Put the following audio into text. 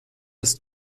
ist